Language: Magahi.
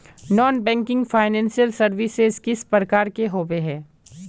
नॉन बैंकिंग फाइनेंशियल सर्विसेज किस प्रकार के होबे है?